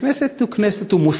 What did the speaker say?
הכנסת היא מוסד.